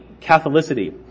Catholicity